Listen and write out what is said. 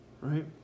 right